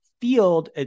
field